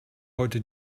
heute